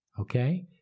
Okay